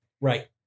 Right